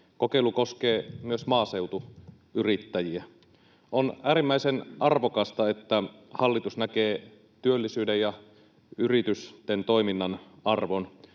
Kokeilu koskee myös maaseutuyrittäjiä. On äärimmäisen arvokasta, että hallitus näkee työllisyyden ja yritysten toiminnan arvon.